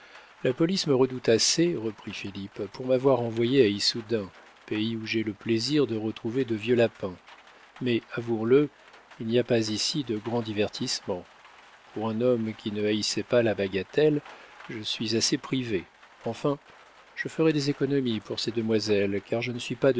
la police me redoute assez reprit philippe pour m'avoir envoyé à issoudun pays où j'ai eu le plaisir de retrouver de vieux lapins mais avouons-le il n'y a pas ici de grands divertissements pour un homme qui ne haïssait pas la bagatelle je suis assez privé enfin je ferai des économies pour ces demoiselles car je ne suis pas